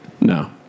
No